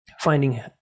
finding